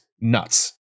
nuts